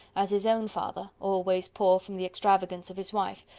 as his own father, always poor from the extravagance of his wife,